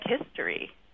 history